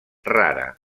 rara